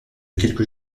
quelques